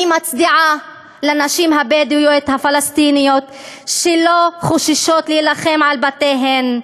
אני מצדיעה לנשים הבדואיות הפלסטיניות שלא חוששות להילחם על בתיהן.